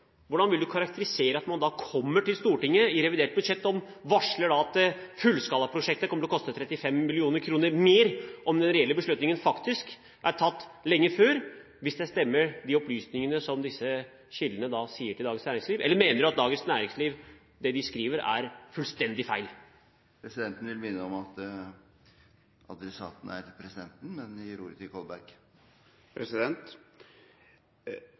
hvordan vil du karakterisere det at man kom til Stortinget i forbindelse med revidert budsjett og varslet at fullskalaprosjektet kommer til å koste 35 mill. kr mer – om den reelle beslutningen faktisk ble tatt lenge før, hvis de opplysningene som disse kildene har oppgitt til Dagens Næringsliv, stemmer? Eller mener du at det Dagens Næringsliv skriver, er fullstendig feil? Presidenten vil minne om at adressaten er presidenten.